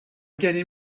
gennym